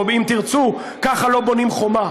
או אם תרצו: ככה לא בונים חומה,